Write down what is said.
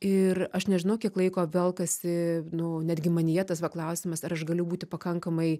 ir aš nežinau kiek laiko velkasi nu netgi manyje tas va klausimas ar aš galiu būti pakankamai